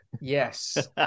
yes